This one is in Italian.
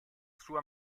sua